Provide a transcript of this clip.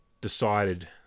decided